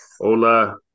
Ola